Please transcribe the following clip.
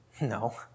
No